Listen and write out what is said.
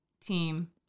team